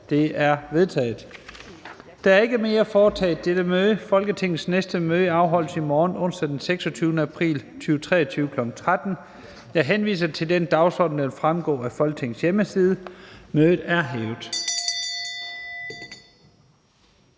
Lahn Jensen): Der er ikke mere at foretage i dette møde. Folketingets næste møde afholdes i morgen, onsdag den 26. april 2023, kl. 13.00. Jeg henviser til den dagsorden, der vil fremgå af Folketingets hjemmeside. Mødet er hævet.